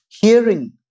hearing